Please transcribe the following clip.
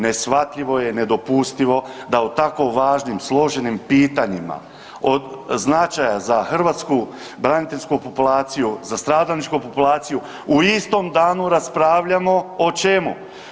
Neshvatljivo je, nedopustivo da o tako važnim, složenim pitanjima od značaja za hrvatsku braniteljsku populaciju, za stradalničku populaciju u istom danu raspravljamo, o čemu?